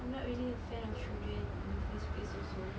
I'm not really a fan of children in the first place also